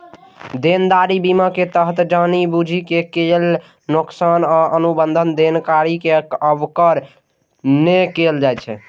देनदारी बीमा के तहत जानि बूझि के कैल नोकसान आ अनुबंध देनदारी के कवर नै कैल जाइ छै